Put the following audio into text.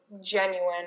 genuine